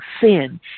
sin